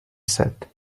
said